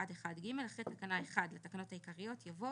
עד 1ג', אחרי תקנה 1 והתקנות העיקריות, יבוא